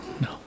No